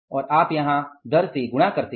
और आप यहां दर से गुणा करते हैं